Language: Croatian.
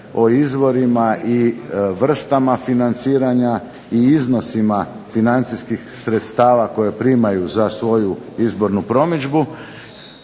o izvorima i vrstama financiranja i iznosima financijskih sredstava koja primaju za svoju izbornu promidžbu.